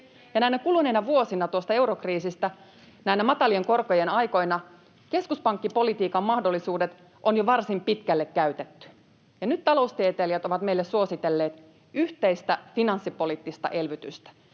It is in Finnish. näinä kuluneina vuosina, tuon eurokriisin jälkeen, näinä matalien korkojen aikoina keskuspankkipolitiikan mahdollisuudet on jo varsin pitkälle käytetty. Nyt taloustieteilijät ovat meille suositelleet yhteistä finanssipoliittista elvytystä,